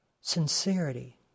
sincerity